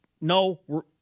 no